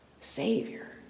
Savior